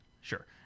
Sure